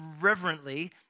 reverently